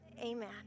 amen